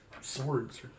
swords